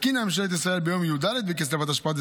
התקינה ממשלת ישראל ביום י"ד בכסלו התשפ"ד,